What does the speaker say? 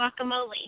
guacamole